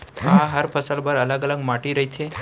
का हर फसल बर अलग अलग माटी रहिथे?